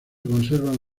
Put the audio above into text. conservan